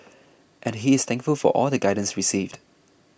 and he is thankful for all the guidance received